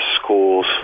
schools